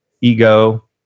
ego